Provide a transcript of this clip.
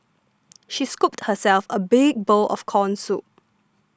she scooped herself a big bowl of Corn Soup